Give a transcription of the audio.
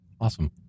Awesome